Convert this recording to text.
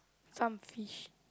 some fish